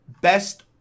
best